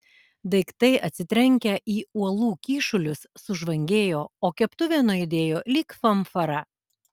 daiktai atsitrenkę į uolų kyšulius sužvangėjo o keptuvė nuaidėjo lyg fanfara